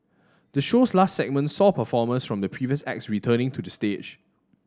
the show's last segment saw performers from the previous acts returning to the stage